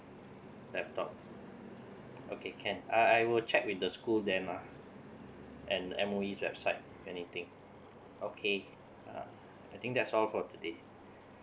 laptop okay can uh I will check with the school then ah and M_O_E website anything okay uh I think that's all for today